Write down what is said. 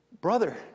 Brother